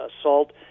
assault